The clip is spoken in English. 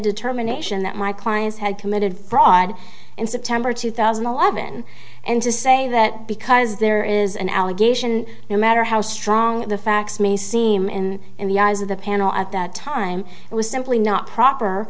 determination that my clients had committed fraud in september two thousand and eleven and to say that because there is an allegation no matter how strong the facts may seem in in the eyes of the panel at that time it was simply not proper